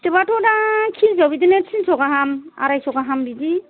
फिथोबआथ' दा केजि आव बिदिनो थिनस' गाहाम आरायस' गाहाम बिदि